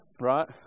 Right